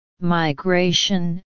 migration